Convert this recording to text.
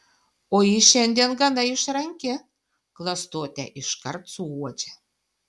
o ji šiandien gana išranki klastotę iškart suuodžia